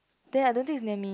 then I don't think it's Nemmy